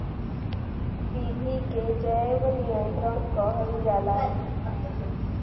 विधि के जैव नियंत्रण कहल जाला